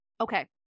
Okay